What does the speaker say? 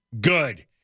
good